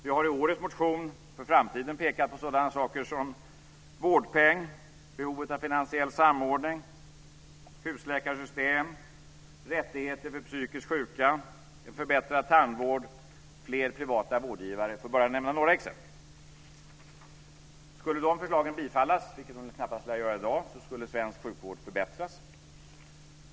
Vi har i årets motion för framtiden pekat på sådana saker som vårdpeng, behovet av finansiell samordning, husläkarsystem, rättigheter för psykiskt sjuka, en förbättrad tandvård och fler privata vårdgivare, för att bara nämna några exempel. Skulle de förslagen bifallas, vilket de knappast lär göra i dag, skulle svensk sjukvård förbättras.